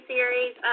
Series